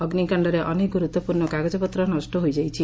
ଅଗ୍ବିକାଣ୍ଡରେ ଅନେକ ଗୁରୁଡ୍ପୂର୍ଶ୍ର କାଗଜପତ୍ର ନଷ ହୋଇଯାଇଛି